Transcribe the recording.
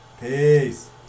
Peace